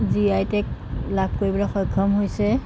G I tag লাভ কৰিবলৈ সক্ষম হৈছে